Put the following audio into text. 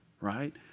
Right